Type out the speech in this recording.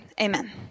Amen